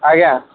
ଆଜ୍ଞା